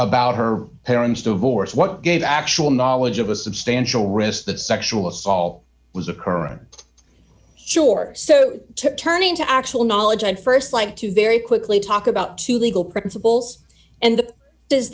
about her parents divorce what gave actual knowledge of a substantial risk that sexual assault was occurring sure so turning to actual knowledge i'd st like to very quickly talk about two legal principles and